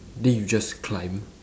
then you just climb